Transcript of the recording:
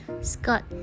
Scott